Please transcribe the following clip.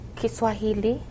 kiswahili